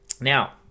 Now